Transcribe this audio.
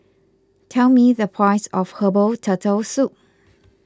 tell me the price of Herbal Turtle Soup